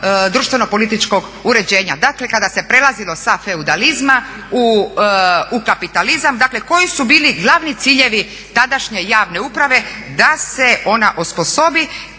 društveno-političkog uređenja. Dakle, kada se prelazilo sa feudalizma u kapitalizam dakle koji su bili glavni ciljevi tadašnje javne uprave da se ona osposobi